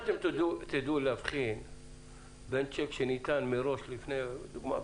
תדעו להבחין בין שיק שניתן מראש לדוגמה,